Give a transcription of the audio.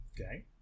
okay